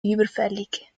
überfällig